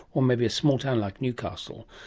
or maybe a small town like newcastle,